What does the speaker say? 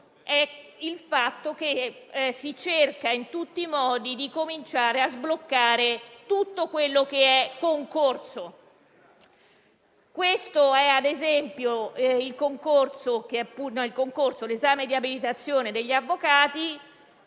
il fatto che si cerca in tutti i modi di cominciare a sbloccare tutto quello che è concorso. Ad esempio stiamo discutendo oggi dell'esame di abilitazione degli avvocati;